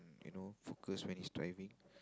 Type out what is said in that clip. you know focus when he is driving